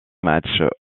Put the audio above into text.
matches